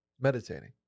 Meditating